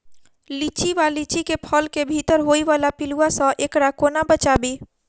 लिच्ची वा लीची केँ फल केँ भीतर होइ वला पिलुआ सऽ एकरा कोना बचाबी?